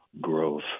growth